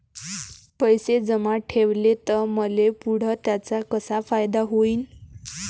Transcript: पैसे जमा ठेवले त मले पुढं त्याचा कसा फायदा होईन?